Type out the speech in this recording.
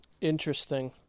Interesting